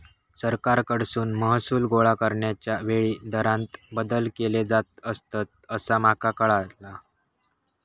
सरकारकडसून महसूल गोळा करण्याच्या वेळी दरांत बदल केले जात असतंत, असा माका कळाला